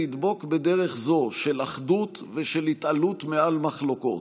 לדבוק בדרך זו של אחדות ושל התעלות מעל מחלוקות.